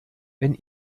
wenn